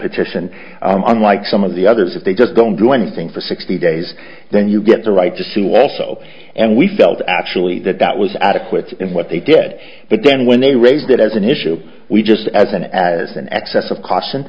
petition unlike some of the others if they just don't do anything for sixty days then you get the right to sue also and we felt actually that that was adequate in what they did but then when they raised it as an issue we just as an as an excess of caution